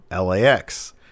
LAX